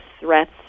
threats